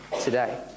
today